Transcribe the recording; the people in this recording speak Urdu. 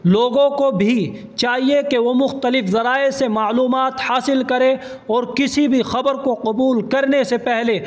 لوگوں کو بھی چاہیے کہ وہ مختلف ذرائع سے معلومات حاصل کریں اور کسی بھی خبر کو قبول کرنے سے پہلے